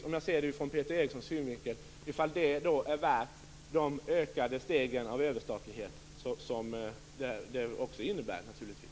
Om jag ser det ur Peter Erikssons synvinkel handlar det om huruvida detta är värt de ökade stegen av överstatlighet som det naturligtvis också innebär.